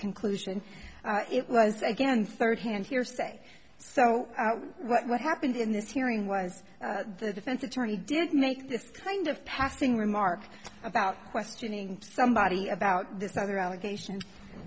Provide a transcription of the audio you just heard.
conclusion and it was again thirdhand hearsay so what happened in this hearing was the defense attorney did make this kind of passing remark about questioning somebody about this other allegation